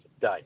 day